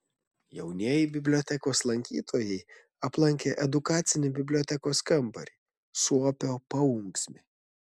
jaunieji bibliotekos lankytojai aplankė edukacinį bibliotekos kambarį suopio paunksmė